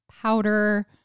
powder